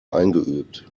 eingeübt